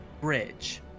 bridge